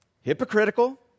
hypocritical